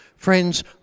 Friends